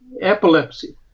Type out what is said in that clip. epilepsy